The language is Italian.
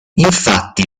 infatti